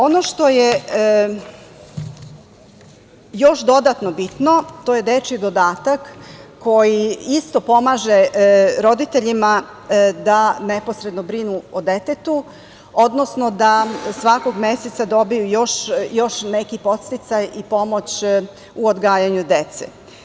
Ono što je još dodatno bitno, to je dečiji dodatak koji isto pomaže roditeljima da neposredno brinu o detetu, odnosno da svakog meseca dobiju još neki podsticaj i pomoć u odgajanju dece.